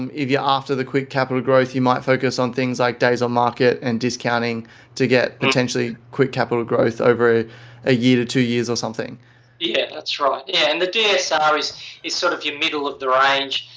um if you're after the quick capital growth, you might focus on things like days on market and discounting to get potentially quick capital growth over a year to two years or something. jeremy yeah. that's right. and the dsr is is sort of your middle of the range.